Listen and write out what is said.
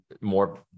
more